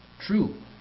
True